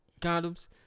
Condoms